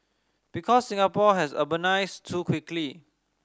because Singapore has urbanised too quickly